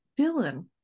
Dylan